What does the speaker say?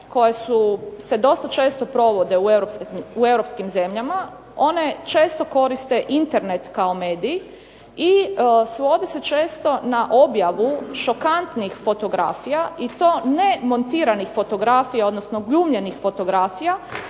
koje su se dosta često provode u europskim zemljama. One često koriste Internet kao medij i svode se često na objavu šokantnih fotografija i to ne montiranih fotografija, odnosno glumljenih fotografija,